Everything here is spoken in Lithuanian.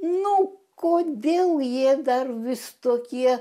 nu kodėl jie dar vis tokie